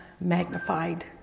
magnified